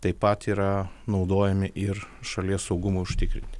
taip pat yra naudojami ir šalies saugumui užtikrinti